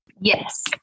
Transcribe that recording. Yes